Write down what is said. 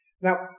Now